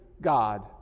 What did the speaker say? God